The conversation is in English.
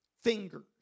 fingers